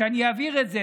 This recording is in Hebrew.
שאני אעביר את זה,